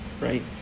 right